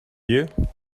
you